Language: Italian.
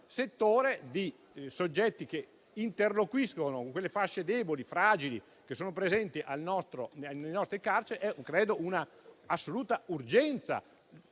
settore di soggetti che interloquiscono con le fasce deboli e fragili presenti nelle nostre carceri è un'assoluta urgenza.